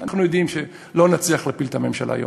אנחנו יודעים שלא נצליח להפיל את הממשלה היום,